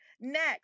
next